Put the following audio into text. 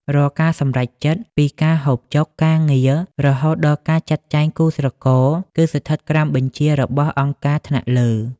រាល់ការសម្រេចចិត្តពីការហូបចុក ការងារ រហូតដល់ការចាត់ចែងគូស្រករ គឺស្ថិតក្រោមការបញ្ជារបស់ «អង្គការថ្នាក់លើ»។